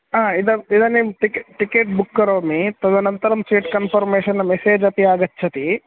आ इदानीं टिके टिकिट् बुक् करोमि तदनन्तरं सीट् कन्फर्मेशन् मेसेज् अपि आगच्छति